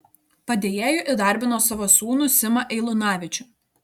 padėjėju įdarbino savo sūnų simą eilunavičių